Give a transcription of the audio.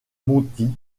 monty